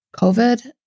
COVID